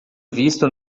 visto